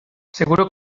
seguro